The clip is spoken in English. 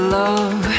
love